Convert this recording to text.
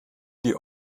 die